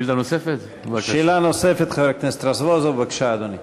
שאלה נוספת לחבר הכנסת רזבוזוב, בבקשה, אדוני.